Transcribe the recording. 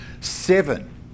seven